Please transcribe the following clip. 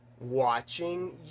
watching